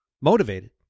motivated